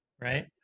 right